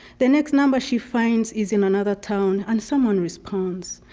the next number she finds is in another town and someone responds.